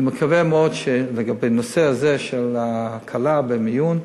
אני מקווה מאוד שבנושא הזה של הקלה בחדרי מיון,